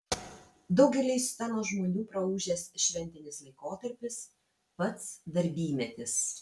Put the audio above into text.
daugeliui scenos žmonių praūžęs šventinis laikotarpis pats darbymetis